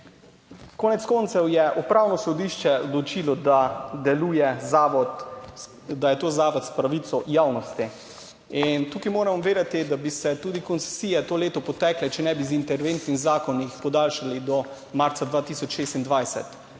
Konec koncev je upravno sodišče odločilo, da deluje zavod, da je to zavod s pravico javnosti. In tukaj moramo vedeti, da bi se tudi koncesije to leto potekle, če ne bi z interventnimi zakoni podaljšali do marca 2026.